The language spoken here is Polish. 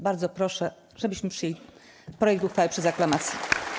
Bardzo proszę, żebyśmy przyjęli projekt uchwały przez aklamację.